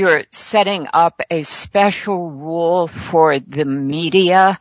you're setting up a special rule for the media